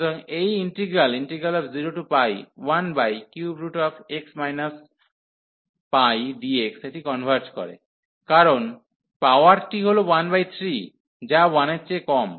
সুতরাং এই integral 013x πdx এটি কনভার্জ করে কারণ পাওয়ারটি হল 13 যা 1 এর চেয়ে কম